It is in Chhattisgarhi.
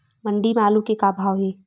मंडी म आलू के का भाव हे?